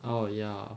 oh ya